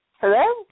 Hello